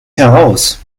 heraus